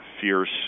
fierce